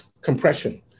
compression